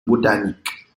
botanique